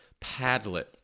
Padlet